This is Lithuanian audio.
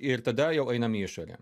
ir tada jau einam į išorę